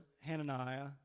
Hananiah